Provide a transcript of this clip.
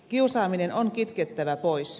kiusaaminen on kitkettävä pois